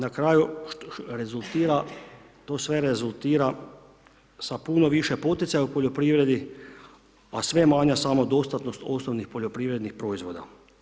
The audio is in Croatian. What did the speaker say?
Na kraju rezultira to sve rezultira sa puno više poticaja u poljoprivredi, a sve manje samodostatnost osnovnih poljoprivrednih proizvoda.